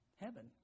Heaven